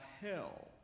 hell